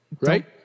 Right